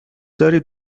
دارید